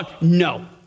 No